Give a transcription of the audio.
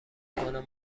کنم